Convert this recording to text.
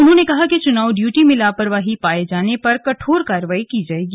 उन्होंने कहा कि चुनाव ड्यूटी में लापरवाही पाए जाने पर कठोर कार्रवाई की जाएगी